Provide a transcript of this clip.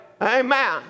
Amen